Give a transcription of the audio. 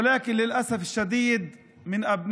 אבל לצערי הרב חלק מבני